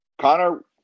Connor